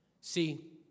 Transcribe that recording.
See